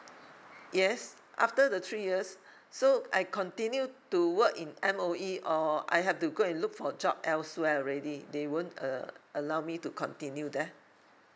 yes after the three years so I continue to work in M_O_E or I have to go and look for job elsewhere already they won't a~ allow me to continue there